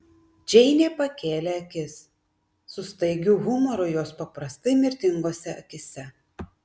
džeinė pakėlė akis su staigiu humoru jos paprastai mirtingose akyse